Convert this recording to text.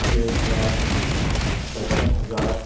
ایک لاکھ پچپن ہزار